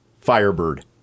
Firebird